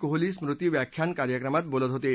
कोहली स्मृती व्याख्यान कार्यक्रमात बोलत होत